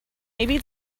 maybe